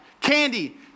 Candy